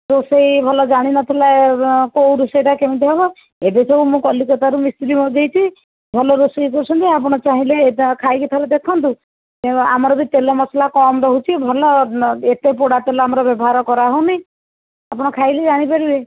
ରୋଷେଇ ଭଲ ଜାଣିନଥିଲା କେଉଁ ରୋଷେଇଟା କେମିତି ହେବ ଏବେ ସବୁ ମୁଁ କଲିକତାରୁ ମିସ୍ତ୍ରୀ ମଗାଇଛି ଭଲ ରୋଷେଇ କରୁଛନ୍ତି ଆପଣ ଚାହିଁଲେ ଏଇଟା ଖାଇକି ଥରେ ଦେଖନ୍ତୁ ଆମର ବି ତେଲ ମସଲା କମ୍ ଦେଉଛି ଭଲ ଏତେ ପୋଡ଼ା ତେଲ ଆମର ବ୍ୟବହାର କରାହେଉନି ଆପଣ ଖାଇଲେ ଜାଣିପାରିବେ